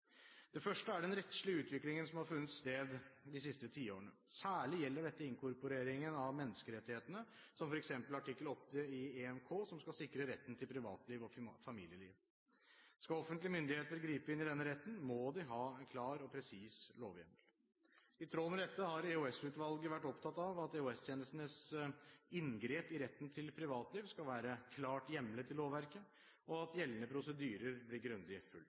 Det første er den rettslige utviklingen som har funnet sted de siste tiårene. Særlig gjelder dette innkorporeringen av menneskerettighetene, som f.eks. artikkel 8 i EMK, som skal sikre retten til privatliv og familieliv. Skal offentlige myndigheter gripe inn i denne retten, må de ha en klar og presis lovhjemmel. I tråd med dette har EOS-utvalget vært opptatt av at EOS-tjenestenes inngrep i retten til privatliv skal være klart hjemlet i lovverket, og at gjeldende prosedyrer blir grundig